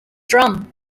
drum